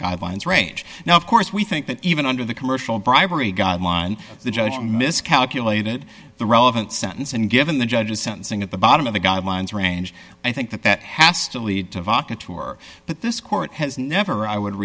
guidelines range now of course we think that even under the commercial bribery guideline the judge miscalculated the relevant sentence and given the judge's sentencing at the bottom of the guidelines range i think that that has to lead to voc a tour but this court has never i would